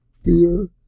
Fear